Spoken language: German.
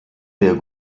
der